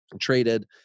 traded